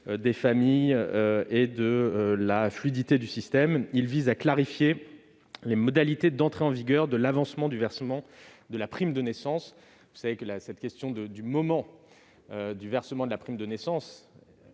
des familles et de la fluidité du système, puisqu'il vise à clarifier les modalités d'entrée en vigueur de l'avancement du versement de la prime de naissance. Vous savez que cette question du moment du versement fait l'objet de nombreux